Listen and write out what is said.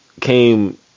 Came